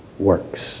works